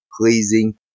pleasing